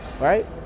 right